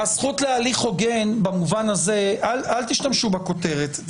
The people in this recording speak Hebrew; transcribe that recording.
הזכות להליך הוגן במובן הזה, אל תשתמשו בכותרת.